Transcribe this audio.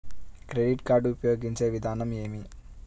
Credit card ఉపయోగించే విధానం ఏమి?